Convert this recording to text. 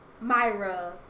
Myra